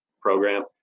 program